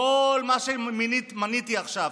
בכל מה שמניתי עכשיו,